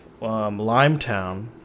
limetown